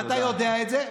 ואתה יודע את זה,